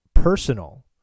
personal